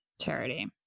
charity